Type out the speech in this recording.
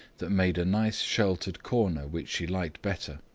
that made a nice sheltered corner which she liked better.